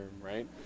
right